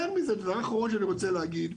יותר מזה, דבר אחרון שאני רוצה לומר.